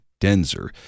Denzer